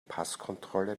passkontrolle